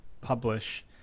publish